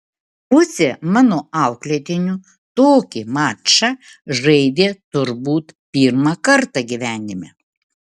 pusė mano auklėtinių tokį mačą žaidė turbūt pirmą kartą gyvenime